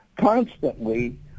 constantly